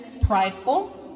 prideful